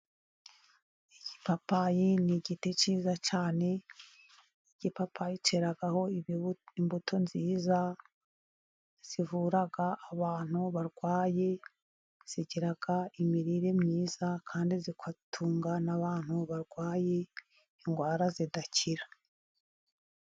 Igipapayi ni igiti cyiza cyane, igipapayi cyeraho imbuto nziza zivura abantu barwaye, zigira imirire myiza kandi zigatunga n'abantu barwaye indwara zidakira.